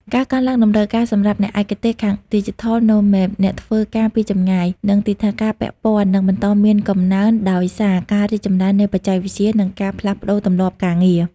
ការកើនឡើងតម្រូវការសម្រាប់អ្នកឯកទេសខាង Digital Nomads (អ្នកធ្វើការពីចម្ងាយ) និងទិដ្ឋាការពាក់ព័ន្ធនឹងបន្តមានកំណើន ដោយសារការរីកចម្រើននៃបច្ចេកវិទ្យា និងការផ្លាស់ប្តូរទម្លាប់ការងារ។